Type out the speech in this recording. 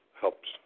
helps